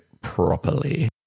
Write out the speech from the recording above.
properly